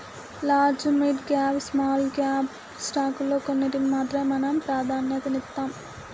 large, mid cap, small cap స్టాకుల్లో కొన్నిటికి మాత్రమే మనం ప్రాధన్యతనిత్తాం